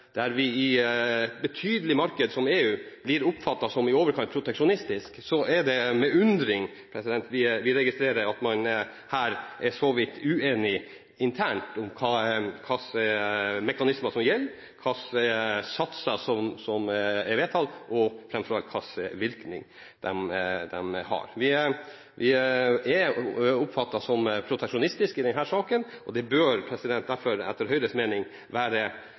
der. Det er merkelig. Når vi i tillegg vet at en del av de tolløkningene som kom, har vært omstridt – ikke veldig omstridt i forhold til jusen, men omstridt i forhold til prosess – og når vi vet at vi i et betydelig marked som EU blir oppfattet som i overkant proteksjonistisk, er det med undring vi registrerer at man her er så vidt uenig internt om hvilke mekanismer som gjelder, hvilke satser som er vedtatt, og framfor alt hvilken virkning